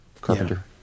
Carpenter